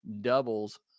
doubles